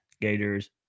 gators